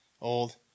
old